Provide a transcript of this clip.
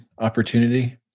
opportunity